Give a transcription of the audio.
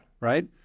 Right